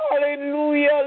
hallelujah